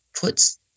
puts